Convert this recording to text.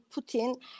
Putin